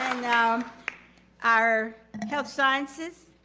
um our health sciences,